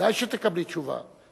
ודאי שתקבלי תשובה,